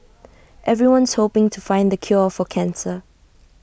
everyone's hoping to find the cure for cancer